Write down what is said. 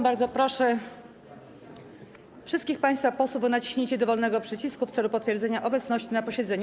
Bardzo proszę wszystkich państwa posłów o naciśnięcie dowolnego przycisku w celu potwierdzenia obecności na posiedzeniu.